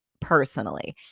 personally